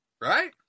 right